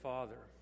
Father